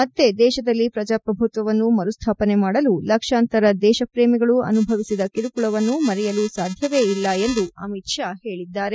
ಮತ್ತೆ ದೇಶದಲ್ಲಿ ಪ್ರಜಾಪ್ರಭುತ್ವವನ್ನು ಮರುಸ್ಲಾಪನೆ ಮಾಡಲು ಲಕ್ಷಾಂತರ ದೇಶಪ್ರೇಮಿಗಳು ಅನುಭವಿಸಿದ ಕಿರುಕುಳಗವನ್ನು ಮರೆಯಲು ಸಾಧ್ಯವೇ ಇಲ್ಲ ಎಂದು ಅಮಿತ್ ಶಾ ಹೇಳಿದ್ದಾರೆ